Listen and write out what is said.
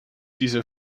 diese